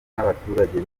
n’abaturage